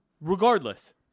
Regardless